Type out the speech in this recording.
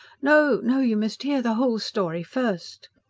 no, no, you must hear the whole story first.